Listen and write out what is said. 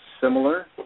similar